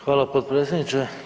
Hvala potpredsjedniče.